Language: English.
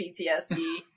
PTSD